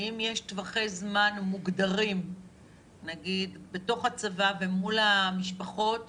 האם יש טווחי זמן מוגדרים בתוך הצבא ומול המשפחות